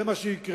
זה מה שיקרה.